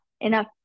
enough